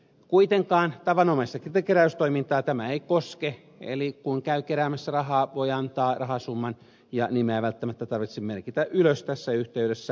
kuitenkaan tavanomaista keräystoimintaa tämä ei koske eli kun käy keräämässä rahaa voi ottaa rahasumman ja nimeä ei välttämättä tarvitse merkitä ylös tässä yhteydessä